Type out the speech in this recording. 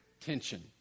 tension